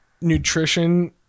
nutrition